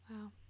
Wow